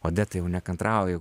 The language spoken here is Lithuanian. odeta jau nekantrauja jau